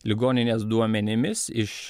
ligoninės duomenimis iš